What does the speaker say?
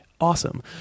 awesome